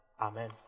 Amen